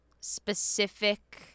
specific